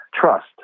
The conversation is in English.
trust